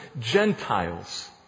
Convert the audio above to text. Gentiles